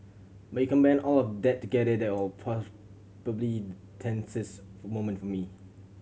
but you combine all of that together that all probably tensest for moment for me